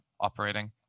operating